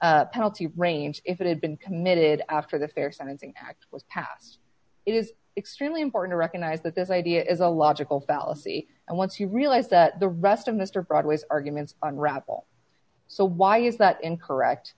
penalty penalty range if it had been committed after the fair sentencing act was passed it is extremely important to recognize that this idea is a logical fallacy and once you realize that the rest of this or broadways arguments unravel so why is that incorrect